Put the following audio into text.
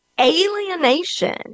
alienation